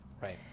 Right